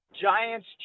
Giants